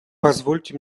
позвольте